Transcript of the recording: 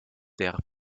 der